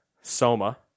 Soma